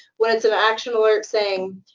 when it's an action alert saying,